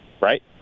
right